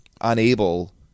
unable